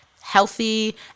healthy